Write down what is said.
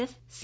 F C